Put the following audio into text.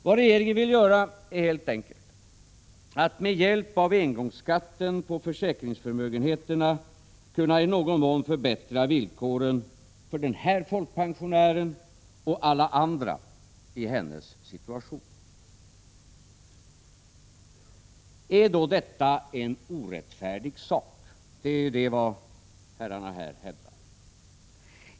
Vad regeringen vill göra är helt enkelt att med hjälp av engångsskatten på försäkringsförmögenheterna försöka att i någon mån förbättra villkoren för den folkpensionär jag nu talat om och för alla andra i hennes situation. Är då detta en orättfärdig sak? Detta är ju vad som hävdas av herrarna här.